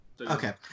Okay